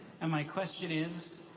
and my question is,